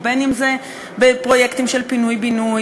בין שזה בפרויקטים של פינוי-בינוי,